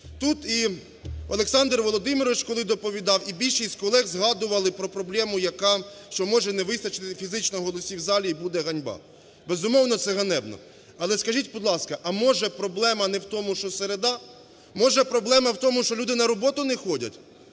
Тут і Олександр Володимирович, коли доповідав, і більшість колег згадували про проблему, що може не вистачити фізично голосів в залі і буде ганьба. Безумовно, це ганебно. Але скажіть, будь ласка, а може проблема не в тому, що середа? Може, проблема в тому, що люди на роботу не ходять?